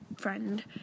friend